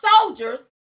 soldiers